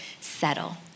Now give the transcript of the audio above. settle